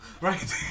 right